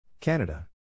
Canada